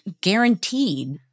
guaranteed